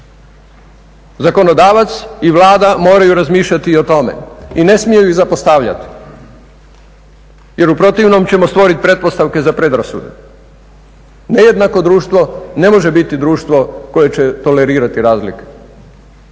Zakonodavac i Vlada moraju razmišljati i o tome i ne smiju ih zapostavljat, jer u protivnom ćemo stvoriti pretpostavke za predrasude. Nejednako društvo ne može biti društvo koje će tolerirati razlike